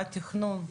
מה התכנון?